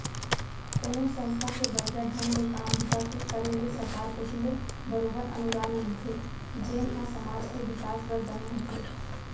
कोनो संस्था के बड़िहा ढंग ले काम बूता के करे ले सरकार कोती ले बरोबर अनुदान मिलथे जेन ह समाज के बिकास बर बने होथे